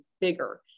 bigger